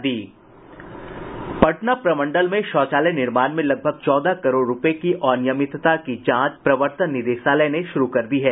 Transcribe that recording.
पटना प्रमंडल में शौचालय निर्माण में लगभग चौदह करोड़ रुपये की अनियमितता की जांच प्रवर्तन निदेशालय ने शुरू कर दी है